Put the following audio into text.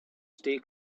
stay